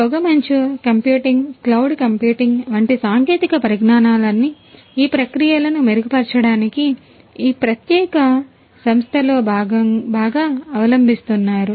పొగమంచు కంప్యూటింగ్ వంటి సాంకేతిక పరిజ్ఞానాలన్నీ ఈ ప్రక్రియలను మెరుగుపరచడానికి ఈ ప్రత్యేక సంస్థలో బాగా అవలంబిస్తున్నారు